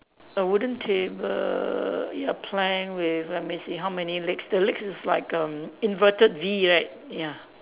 a wooden table ya plank with let me see how many legs the legs is like erm inverted V right ya